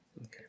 Okay